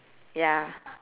ya